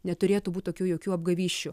neturėtų būt tokių jokių apgavysčių